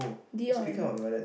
Dion